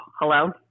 hello